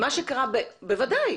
בוודאי.